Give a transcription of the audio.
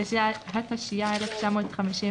התשי"א-1951,